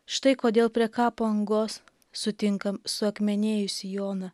štai kodėl prie kapo angos sutinkam suakmenėjusį joną